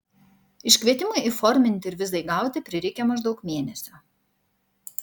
iškvietimui įforminti ir vizai gauti prireikė maždaug mėnesio